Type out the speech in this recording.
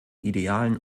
idealen